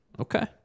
Okay